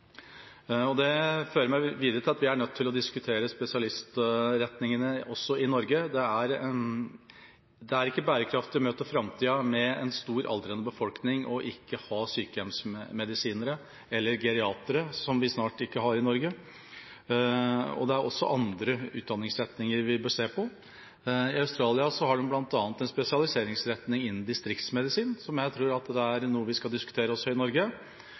Det fører meg videre til at vi er nødt til å diskutere spesialistretningene også i Norge. Det er ikke bærekraftig å møte framtida med en stor, aldrende befolkning og ikke ha sykehjemsmedisinere – eller geriatere, som vi snart ikke har i Norge. Det er også andre utdanningsretninger vi bør se på. I Australia har de bl.a. en spesialiseringsretning innenfor distriktsmedisin, som jeg tror er noe vi skal diskutere også i Norge.